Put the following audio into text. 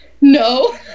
No